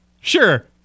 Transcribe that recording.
sure